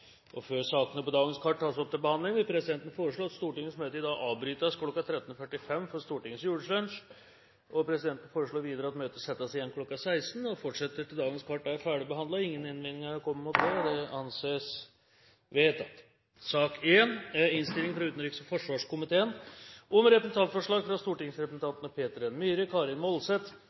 måte. Før sakene på dagens kart tas opp til behandling, vil presidenten foreslå at Stortingets møte i dag avbrytes kl. 13.45 for Stortingets julelunsj. Videre vil presidenten foreslå at møtet settes igjen kl. 16.00 og fortsetter til dagens kart er ferdigbehandlet. – Ingen innvendinger er kommet mot det, og det anses vedtatt. Etter ønske fra utenriks- og forsvarskomiteen